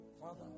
Father